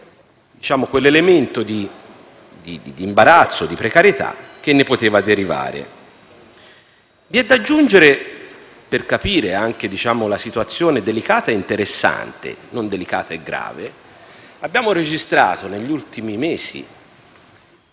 eliminare quell'elemento di imbarazzo e di precarietà che ne poteva derivare. Vi è da aggiungere, per capire anche la situazione delicata ed interessante - non delicata e grave - che abbiamo registrato, negli ultimi mesi,